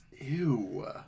Ew